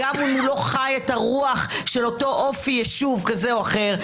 גם אם הוא לא חי את הרוח של אותו אופי של יישוב כזה או אחר,